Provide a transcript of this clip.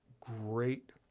great